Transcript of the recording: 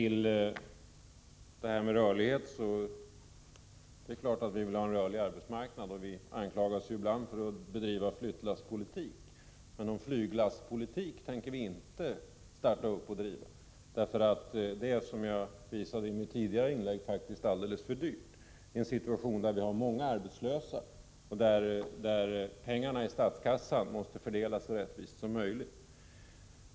Herr talman! Det är klart att vi vill ha en rörlig arbetsmarknad. Vi anklagas ju ibland för att bedriva flyttlasspolitik, men någon flyglastpolitik tänker vi inte starta och driva. Det är, som jag visade i mitt tidigare inlägg, alldeles för dyrt i en situation där vi har många arbetslösa och pengarna i statskassan måste fördelas så rättvist som möjligt.